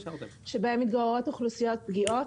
שבהם מתגוררות אוכלוסיות פגיעות,